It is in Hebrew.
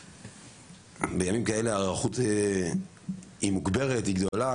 בימים כאלה ההיערכות מוגברת וגדולה,